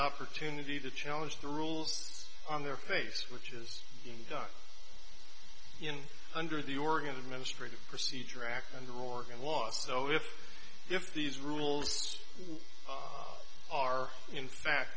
opportunity to challenge the rules on their face which is done in under the oregon administrative procedure act under oregon law so if if these rules are in fact